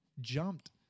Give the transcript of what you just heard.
jumped